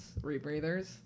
rebreathers